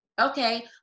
okay